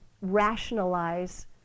rationalize